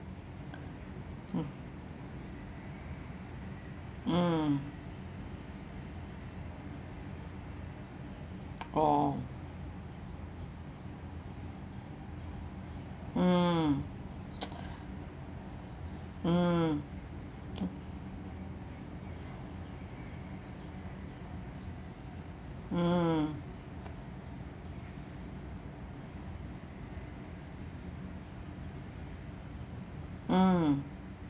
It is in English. mm mm orh mm mm mm mm